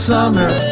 Summer